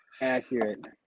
accurate